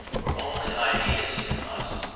were only ideas in us,